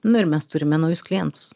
nu ir mes turime naujus klientus